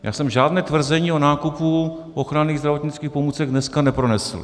Já jsem žádné tvrzení o nákupu ochranných zdravotnických pomůcek dneska nepronesl.